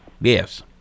Yes